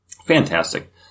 Fantastic